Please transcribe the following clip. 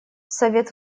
совет